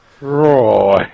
Roy